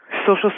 social